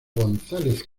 gonzález